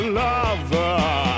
lover